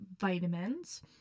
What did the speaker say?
vitamins